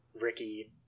Ricky